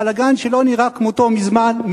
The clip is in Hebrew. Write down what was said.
בלגן שלא נראה כמותו מזמן,